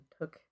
took